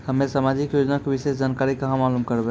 हम्मे समाजिक योजना के विशेष जानकारी कहाँ मालूम करबै?